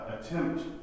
attempt